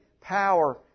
power